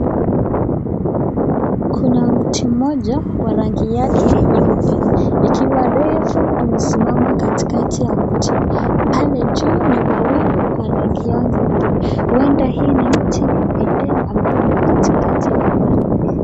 Kuni mti moja wa rnagi yake nyeupe ikiwa refu imesimama katikati ya mti pale juu ni mawingu kwa rangi yao nyeupe huenda hii ni mti wa bendera ambayo huwa katikati ya gwaride.